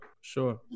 Sure